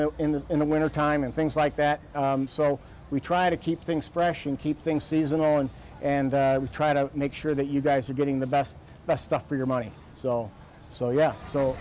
the in the in the winter time and things like that so we try to keep things fresh and keep things seasonal and and try to make sure that you guys are getting the best best stuff for your money so so yeah so